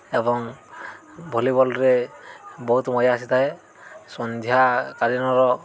ଏବଂ ଭଲିବଲ୍ରେ ବହୁତ ମଜା ଆସିଥାଏ ସନ୍ଧ୍ୟା କାଳିନର